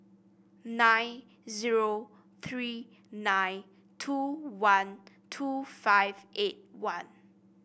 nine zero three nine two one two five eight one